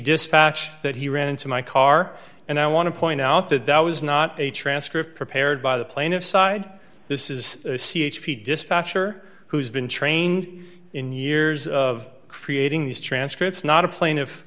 dispatch that he ran into my car and i want to point out that that was not a transcript prepared by the plaintiff's side this is a c h p a dispatcher who's been trained in years of creating these transcripts not a pla